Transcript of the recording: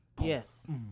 yes